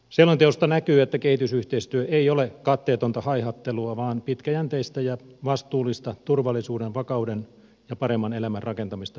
selonteosta näkyy että kehitysyhteistyö ei ole katteetonta haihattelua vaan pitkäjänteistä ja vastuullista turvallisuuden vakauden ja paremman elämän rakentamista yhdessä